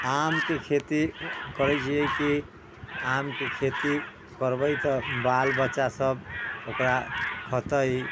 आम के खेती करै छियै कि आम के खेती करबै तऽ बाल बच्चा सभ ओकरा खतै